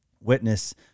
witness